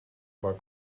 war